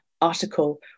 article